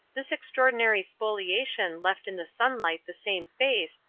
this extraordinary spoliation left in the sunlight the same face,